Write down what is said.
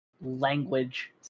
language